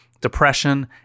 depression